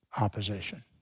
opposition